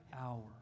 hour